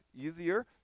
easier